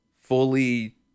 fully